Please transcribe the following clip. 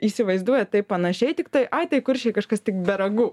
įsivaizduoja taip panašiai tiktai ai tai kuršiai kažkas tik be ragų